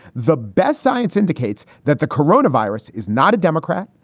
the best science indicates that the corona virus is not a democrat,